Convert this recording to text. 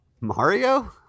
Mario